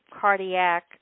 cardiac